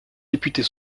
députée